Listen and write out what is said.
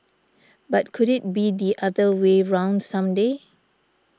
but could it be the other way round some day